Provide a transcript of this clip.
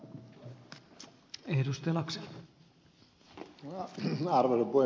tämä on ed